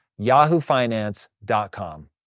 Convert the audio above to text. yahoofinance.com